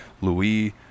Louis